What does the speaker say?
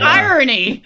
irony